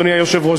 אדוני היושב-ראש,